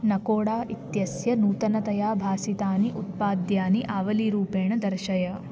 नकोडा इत्यस्य नूतनतया भासितानि उत्पाद्यानि आवलीरूपेण दर्शय